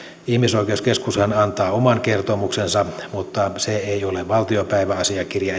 ihmisoikeuskeskushan antaa oman kertomuksensa mutta se ei ole valtiopäiväasiakirja